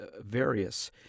various